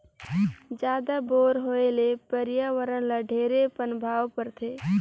जादा बोर होए ले परियावरण ल ढेरे पनभाव परथे